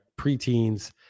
preteens